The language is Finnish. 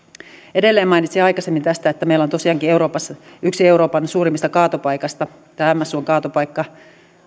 edelleen mainitsin aikaisemmin tästä että meillä on tosiaankin yksi euroopan suurimmista kaatopaikoista tämä ämmässuon kaatopaikka